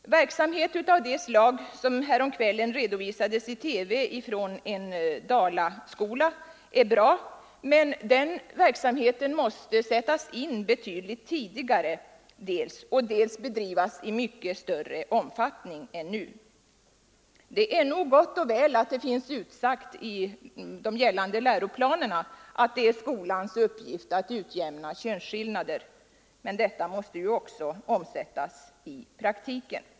Verksamhet av det slag som häromkvällen redovisades i TV från en dalaskola är bra, men sådan verksamhet måste dels sättas in betydligt tidigare, dels bedrivas i mycket större omfattning än nu. Det är nog gott och väl att det finns utsatt i de gällande läroplanerna att det är skolans uppgift att utjämna könsskillnader, men detta måste också omsättas i praktiken.